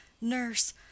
Nurse